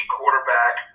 quarterback